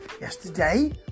Yesterday